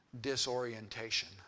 Disorientation